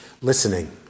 listening